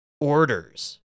orders